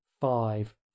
Five